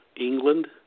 England